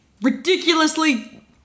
ridiculously